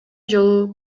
жолу